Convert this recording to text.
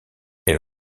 elle